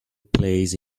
plays